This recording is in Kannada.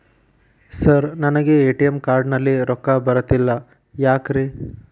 ಸರ್ ನನಗೆ ಎ.ಟಿ.ಎಂ ಕಾರ್ಡ್ ನಲ್ಲಿ ರೊಕ್ಕ ಬರತಿಲ್ಲ ಯಾಕ್ರೇ?